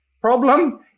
problem